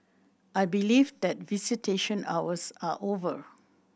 I believe that visitation hours are over